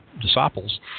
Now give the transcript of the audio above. disciples